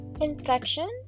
Infection